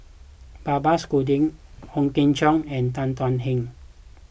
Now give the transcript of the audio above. Babes Conde Ooi Kok Chuen and Tan Thuan Heng